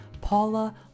Paula